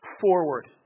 Forward